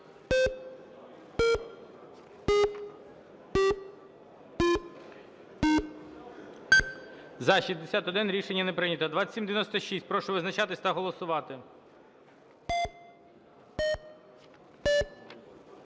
За-63 Рішення не прийнято. 2890. Прошу визначатися та голосувати.